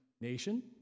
nation